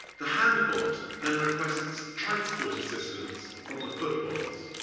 the handbot then requests transport assistance from the footbots.